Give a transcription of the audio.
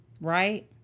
Right